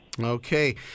Okay